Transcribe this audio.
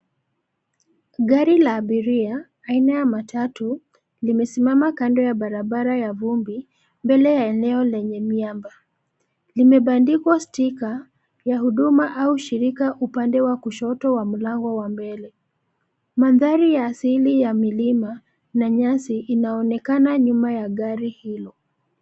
Gari la abiria, aina ya matatu, limesimama kando ya barabara ya vumbi, mbele ya eneo lenye miamba, limebandikwa sticker , ya huduma au shirika upande wa kushoto wa mlango wa mbele, mandhari ya asili ya milima, na nyasi inaonekana nyuma ya gari hilo.